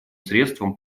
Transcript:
средством